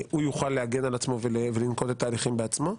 הוא יוכל להגן על עצמו ולנקוט את ההליכים בעצמו.